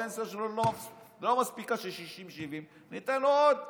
הפנסיה שלו לא מספיקה, 60 70, ניתן לו עוד תפקיד,